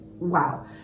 Wow